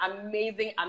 amazing